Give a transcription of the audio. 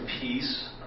peace